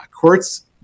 Courts